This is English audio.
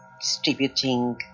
distributing